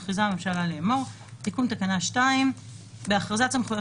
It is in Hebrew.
מכריזה הממשלה לאמור: תיקון תקנה 2 בהכרזת סמכויות